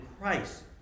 Christ